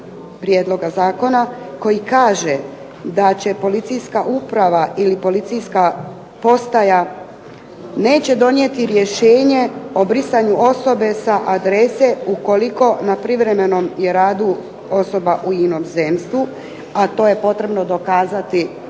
prijedloga zakona, koji kaže da će policijska uprava ili policijska postaja neće donijeti rješenje o brisanju osobe sa adrese ukoliko na privremenom je radu osoba u inozemstvu, a to je potrebno dokazati posebnom